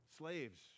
Slaves